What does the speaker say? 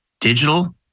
digital